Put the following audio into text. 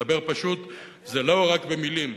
לדבר פשוט זה לא רק במלים.